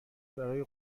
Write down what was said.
برای